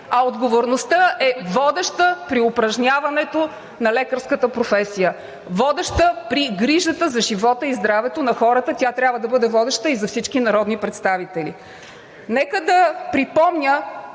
а отговорността е водеща при упражняването на лекарската професия, водеща при грижата за живота и здравето на хората, и тя трябва да бъде водеща за всички народни представители. Нека да припомня,